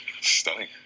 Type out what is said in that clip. stunning